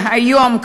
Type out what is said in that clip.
והיום,